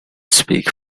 speak